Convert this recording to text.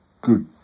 good